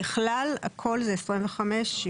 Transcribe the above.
ככלל, הכל זה 75%-25%.